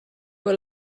were